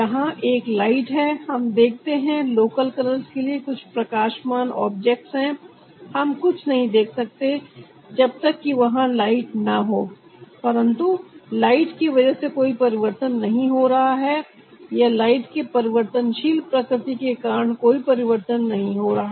यहां एक लाइट है हम देखते हैं लोकल कलर्स के लिए कुछ प्रकाशमान ऑब्जेक्ट्स है हम कुछ नहीं देख सकते जब तक कि वहां लाइट ना हो परंतु लाइट की वजह से कोई परिवर्तन नहीं हो रहा है या लाइट के परिवर्तनशील प्रकृति के कारण कोई परिवर्तन नहीं हो रहा